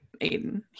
Aiden